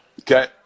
Okay